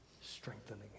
strengthening